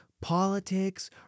politics